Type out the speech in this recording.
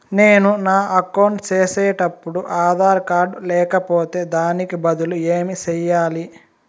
నేను నా అకౌంట్ సేసేటప్పుడు ఆధార్ కార్డు లేకపోతే దానికి బదులు ఏమి సెయ్యాలి?